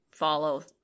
Follow